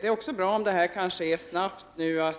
Det är också bra om det här kan ske snabbt, när nu också